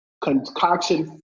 concoction